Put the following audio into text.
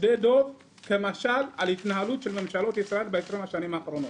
שדה דב כמשל על התנהלות של ממשלות ישראל ב-20 השנים האחרונות.